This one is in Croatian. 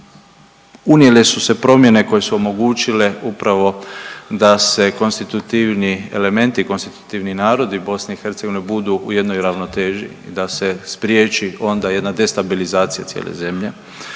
unijele su se promjene koje su omogućile upravo da se konstitutivni elementi, konstitutivni narodi BiH budu u jednoj ravnoteži i da se spriječi onda jedna destabilizacija cijele zemlje.